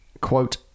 quote